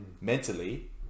mentally